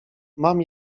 mam